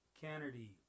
Kennedy